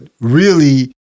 really-